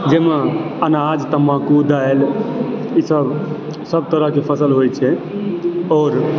जाहिमे अनाज तम्बाकू दालि ई सब सब तरहकेँ फसल होइ छै आओर